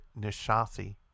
Nishasi